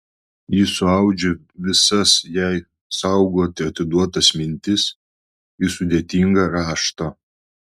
ji suaudžia visas jai saugoti atiduotas mintis į sudėtingą raštą